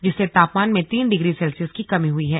जिससे तापमान में तीन डिग्री सेल्सियस की कमी हुई है